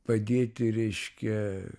padėti reiškia